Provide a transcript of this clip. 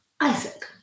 Isaac